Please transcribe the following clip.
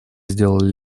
сделали